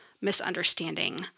misunderstanding